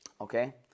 okay